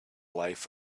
life